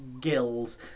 gills